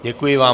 Děkuji vám.